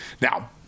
Now